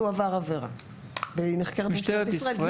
והוא עבר עבירה שנחקרת במשטרת ישראל,